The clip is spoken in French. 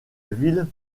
ville